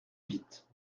vite